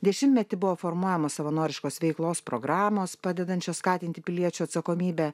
dešimtmetį buvo formuojamos savanoriškos veiklos programos padedančios skatinti piliečių atsakomybę